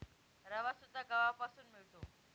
रवासुद्धा गव्हापासून मिळतो